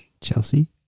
Chelsea